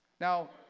Now